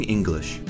English